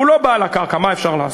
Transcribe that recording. הוא לא בעל הקרקע, מה אפשר לעשות.